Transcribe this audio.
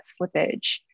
slippage